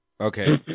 Okay